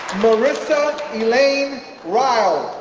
marissa elaine ryle,